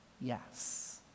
yes